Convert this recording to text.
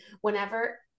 whenever